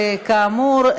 כאמור,